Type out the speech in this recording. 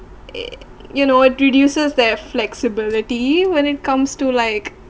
err you know it reduces their flexibility when it comes to like